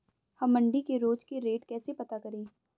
हम मंडी के रोज के रेट कैसे पता करें?